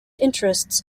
interests